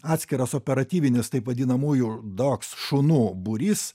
atskiras operatyvinis taip vadinamųjų dogs šunų būrys